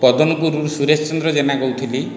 ପଦନପୁରରୁ ସୁରେଶ ଚନ୍ଦ୍ର ଜେନା କହୁଥିଲି